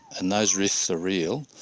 and those risks are real.